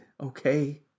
okay